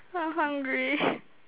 I'm hungry